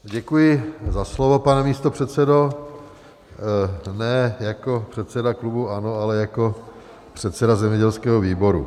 Děkuji za slovo, pane místopředsedo, ne jako předseda klubu ANO, ale jako předseda zemědělského výboru.